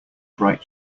bright